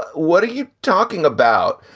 what are you talking about?